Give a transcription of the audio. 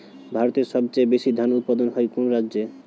ভারতের সবচেয়ে বেশী ধান উৎপাদন হয় কোন রাজ্যে?